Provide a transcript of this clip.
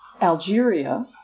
Algeria